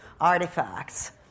artifacts